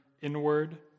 inward